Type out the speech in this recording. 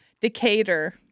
Decatur